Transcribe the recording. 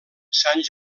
sant